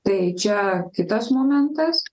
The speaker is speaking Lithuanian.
tai čia kitas momentas